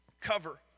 cover